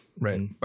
right